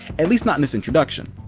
at least not in this introduction.